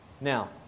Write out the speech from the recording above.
Now